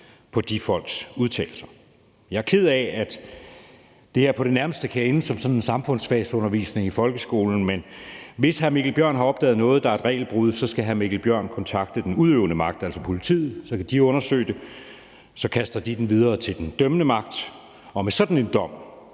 på de folks udtalelser. Jeg er ked af, at det her på det nærmeste kan ende som sådan en samfundsfagsundervisning i folkeskolen, men hvis hr. Mikkel Bjørn har opdaget noget, der er et regelbrud, skal hr. Mikkel Bjørn kontakte den udøvende magt, altså politiet, så kan de undersøge det, og så kaster de det videre til den dømmende magt. Og med sådan en dom